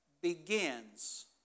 begins